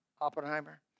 Oppenheimer